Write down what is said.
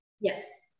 Yes